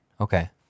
Okay